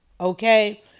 Okay